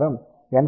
3915 గా వస్తుంది